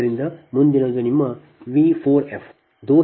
ಆದ್ದರಿಂದ ಮುಂದಿನದು ನಿಮ್ಮ V 4f